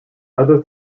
other